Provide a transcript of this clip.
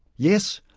yes,